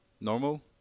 Normal